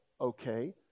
okay